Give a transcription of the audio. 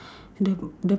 the the